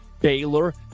Baylor